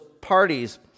parties